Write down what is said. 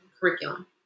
curriculum